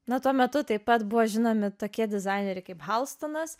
na tuo metu taip pat buvo žinomi tokie dizaineriai kaip haustonas